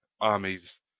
armies